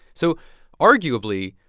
so arguably,